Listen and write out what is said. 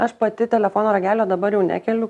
aš pati telefono ragelio dabar jau nekeliu